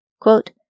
Quote